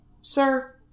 sir